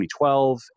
2012